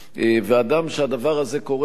אדם שהדבר הזה קורה לו,